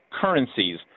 currencies